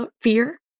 fear